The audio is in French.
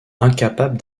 incapable